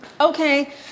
Okay